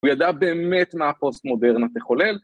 ‫הוא ידע באמת מה ‫הפוסט מודרנה תחולל.